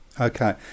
Okay